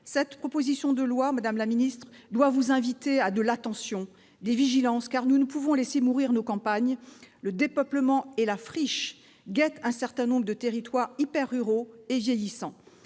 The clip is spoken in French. Cette proposition de loi, madame la ministre, doit vous inviter à l'attention et à la vigilance, car nous ne pouvons laisser mourir nos campagnes. Le dépeuplement et la friche guettent un certain nombre de territoires hyper-ruraux et vieillissants.